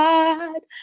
God